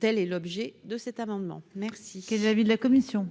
Quel est l'avis de la commission ?